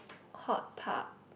hot tub